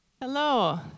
Hello